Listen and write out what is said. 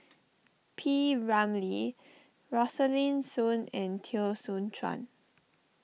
P Ramlee Rosaline Soon and Teo Soon Chuan